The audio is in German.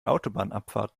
autobahnabfahrt